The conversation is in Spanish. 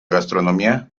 gastronomía